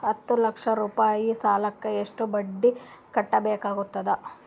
ಹತ್ತ ಲಕ್ಷ ರೂಪಾಯಿ ಸಾಲಕ್ಕ ಎಷ್ಟ ಬಡ್ಡಿ ಕಟ್ಟಬೇಕಾಗತದ?